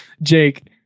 Jake